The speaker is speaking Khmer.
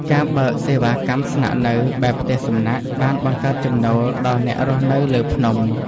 ការបើកសេវាកម្មស្នាក់នៅបែប ផ្ទះសំណាក់ បានបង្កើតចំណូលដល់អ្នករស់នៅលើភ្នំ។